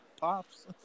pops